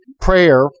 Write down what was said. prayer